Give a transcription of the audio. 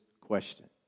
question